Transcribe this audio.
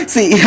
See